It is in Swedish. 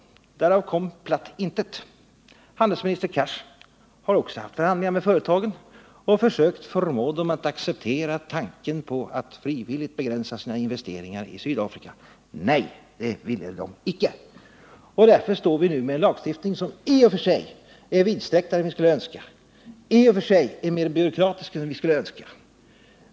Därav kom platt intet. Handelsminister Cars har också haft förhandlingar med företagen och försökt förmå dem att acceptera tanken på att frivilligt begränsa sina investeringar i Sydafrika. Nej, det ville de icke. Därför står vi nu med en lagstiftning som i och för sig är mer vidsträckt och mer byråkratisk än vi skulle önska.